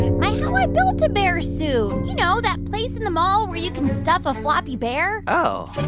my how i built a bear suit you know, that place in the mall where you can stuff a floppy bear oh.